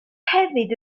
hefyd